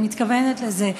אני מתכוונת לזה.